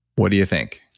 what do you think?